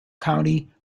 county